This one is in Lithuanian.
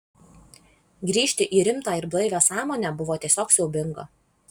grįžti į rimtą ir blaivią sąmonę buvo tiesiog siaubinga